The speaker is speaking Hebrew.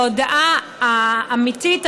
להודעה האמיתית,